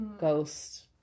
ghost